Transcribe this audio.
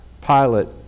pilot